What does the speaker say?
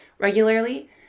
regularly